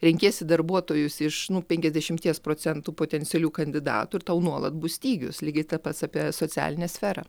renkiesi darbuotojus iš nu penkiasdešimies procentų potencialių kandidatų ir tau nuolat bus stygius lygiai ta pats apie socialinę sferą